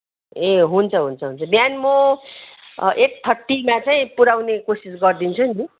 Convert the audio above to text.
ए हुन्छ हुन्छ हुन्छ बिहान म एट थर्ट्टीमा चाहिँ पुऱ्याउने कोसिस गरिदिन्छु नि